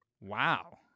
Wow